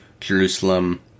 Jerusalem